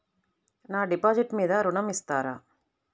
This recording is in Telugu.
నా డిపాజిట్ మీద ఋణం ఇస్తారా?